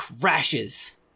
crashes